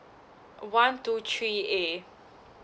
one two three A